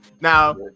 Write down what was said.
Now